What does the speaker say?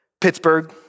Pittsburgh